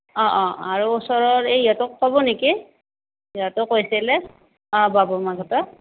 অঁ অঁ আৰু ওচৰৰ এই ইহঁতক ক'ব নেকি ইহঁতেও কৈছিলে অঁ বাবুৰ মাকহঁতক